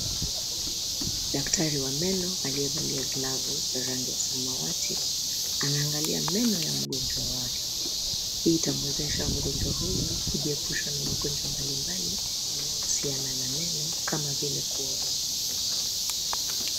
Daktari wa meno, aliyevalia glavu za rangi ya samawati, anaangalia meno ya mgonjwa wake. Hii itamwezesha mgonjwa huyu, kujiepusha na magonjwa mbalimbali, yanayohusiana na meno, kama vile kuoza kwa meno.